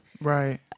Right